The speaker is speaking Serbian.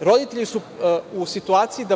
Roditelji du u situaciji